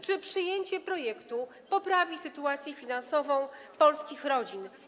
Czy przyjęcie projektu poprawi sytuację finansową polskich rodzin?